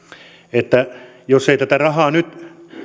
että jos ei tätä rahaa nyt